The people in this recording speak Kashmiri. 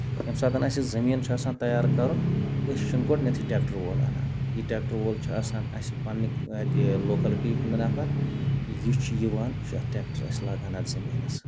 ییٚمہِ ساتہٕ اَسہِ زٔمیٖن چھُ آسان تَیار کَرُن أسۍ چھِن گۄڈٕنیتھٕے ٹریکٹر وول اَنان یہِ ٹریکٹر وول چھُ آسان اَسہِ پَنٕنہِ اَتہِ لوکَلٹی ہُند نَفر یہِ چھُ یِوان یہِ چھُ اَتھ ٹریکٹر اسہِ لاگان اَتھ زٔمیٖنَس